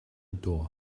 door